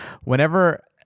whenever